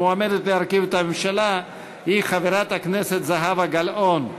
המועמדת להרכיב את הממשלה היא חברת הכנסת זהבה גלאון.